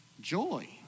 joy